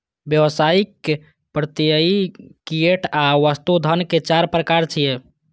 व्यावसायिक, प्रत्ययी, फिएट आ वस्तु धन के चार प्रकार छियै